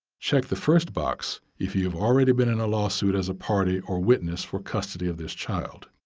check the first box if you have already been in a lawsuit as a party or witness for custody of this child.